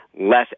less